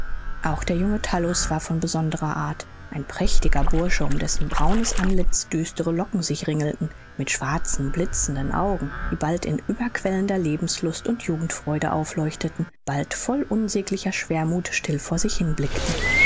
auch der junge tullus war von besonderer art ein prächtiger bursche um dessen braunes antlitz düstere locken sich ringelten mit schwarzen blitzenden augen die bald in überquellender lebenslust und jugendfreude aufleuchteten bald voll unsäglicher schwermuth still vor sich hinblickten in